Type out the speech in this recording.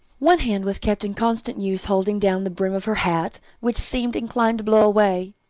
one hand was kept in constant use holding down the brim of her hat which seemed inclined to blow away.